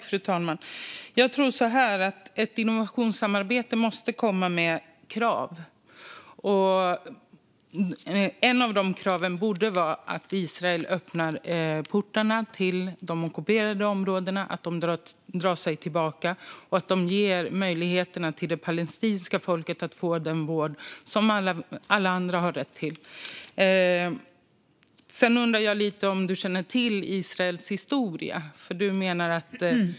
Fru talman! Ett innovationssamarbete måste komma med krav, och ett av dessa krav borde vara att Israel öppnar portarna till de ockuperade områdena, att man drar sig tillbaka och att man ger det palestinska folket möjlighet att få den vård som alla andra har rätt till. Jag undrar om du känner till Israels historia, Tobias Andersson.